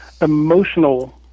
emotional